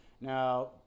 now